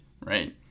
right